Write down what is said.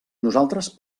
nosaltres